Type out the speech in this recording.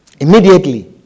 immediately